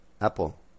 Apple